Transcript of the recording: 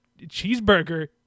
cheeseburger